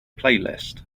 playlist